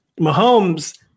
Mahomes